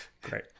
Great